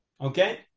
Okay